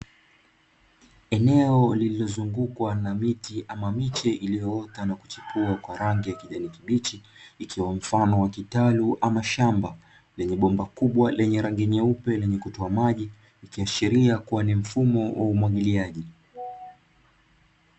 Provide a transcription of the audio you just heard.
Eneo lililozungukwa na miti ama miche iliyoota na kuchipua kwa rangi ya kijani kibichi, ikiwa mfano wa kitalu ama shamba; lenye bomba kubwa lenye rangi nyeupe lenye kutoa maji, ikiashiria kuwa ni mfumo wa umwagiliaji.